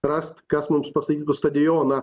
rast kas mums pastatytų stadioną